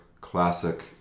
classic